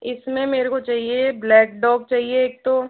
इसमें मुझे चाहिए ब्लैक डॉग चाहिए एक तो